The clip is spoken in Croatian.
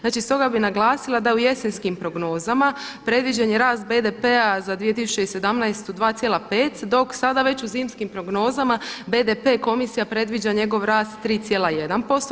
Znači, stoga bih naglasila da u jesenskim prognozama predviđen je rast BDP-a za 2017. 2,5 dok sada već u zimskim prognozama BDP komisija predviđa njegov rast 3,1%